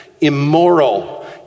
immoral